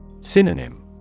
Synonym